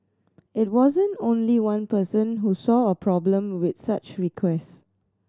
it wasn't only one person who saw a problem with such request